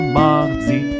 mardi